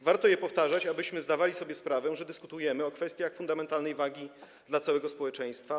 Warto je powtarzać, abyśmy zdawali sobie sprawę, że dyskutujemy o kwestiach fundamentalnych dla całego społeczeństwa.